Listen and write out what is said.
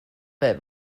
fit